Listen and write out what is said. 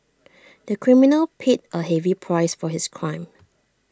the criminal paid A heavy price for his crime